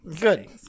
good